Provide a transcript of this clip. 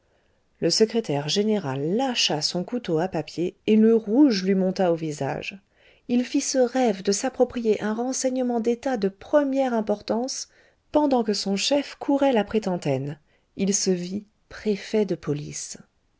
le secrétaire général lâcha son couteau à papier et le rouge lui monta au visage il fit ce rêve de s'approprier un renseignement d'état de première importance pendant que son chef courait la prétentaine il se vit préfet de police